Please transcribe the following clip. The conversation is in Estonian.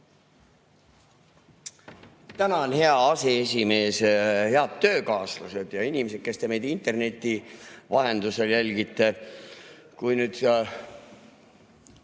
Tänan, hea aseesimees! Head töökaaslased ja kõik inimesed, kes te meid interneti vahendusel jälgite! Kui nüüd